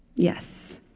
yes.